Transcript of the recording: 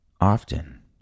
Often